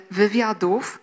wywiadów